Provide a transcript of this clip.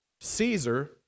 Caesar